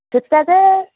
थुक्पा चाहिँ